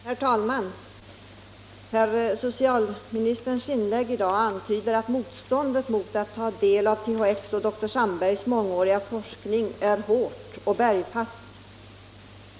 Herr talman! Herr socialministerns inlägg i dag antyder att motståndet mot att ta del av uppgifter om THX och dr Sandbergs mångåriga forskning är hårt och bergfast.